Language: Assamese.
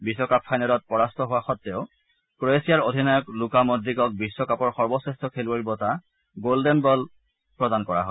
বিশ্বকাপ ফাইনেলত পৰাস্ত হোৱা সত্বেও ক্ৰৱেচিয়াৰ অধিনায়ক লুকা মদ্ৰিকক বিশ্বকাপৰ সৰ্বশ্ৰেষ্ঠ খেলুৱৈৰ বঁটা গল্ডেন বল প্ৰদান কৰা হয়